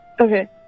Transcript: Okay